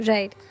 Right